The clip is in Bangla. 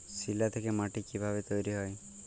শিলা থেকে মাটি কিভাবে তৈরী হয়?